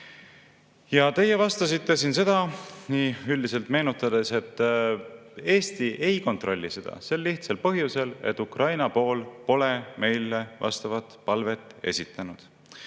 Teie vastasite siin – meenutan niimoodi üldiselt –, et Eesti ei kontrolli seda sel lihtsal põhjusel, et Ukraina pool pole meile vastavat palvet esitanud.